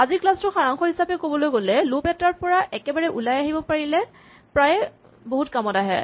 আজিৰ ক্লাচ টোৰ সাৰাংশ হিচাপে ক'বলৈ গ'লে লুপ এটাৰ পৰা একেবাৰে ওলাই আহিব পাৰিলে প্ৰায়ে বহুত কামত আহে